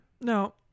No